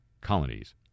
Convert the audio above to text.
colonies